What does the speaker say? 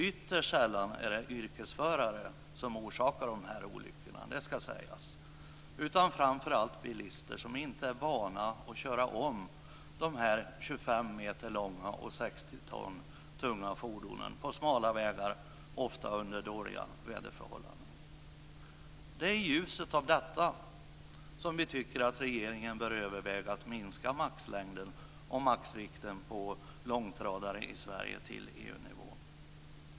Ytterst sällan är det yrkesförare som orsakar de här olyckorna - det ska sägas - utan framför allt orsakas olyckorna av bilister som inte är vana vid att köra om de 25 meter långa och 60 ton tunga fordonen på smala vägar, ofta under dåliga väderförhållanden. I ljuset av detta tycker vi att regeringen bör överväga att minska maximilängden och maximivikten på långtradare i Sverige till EU-nivå.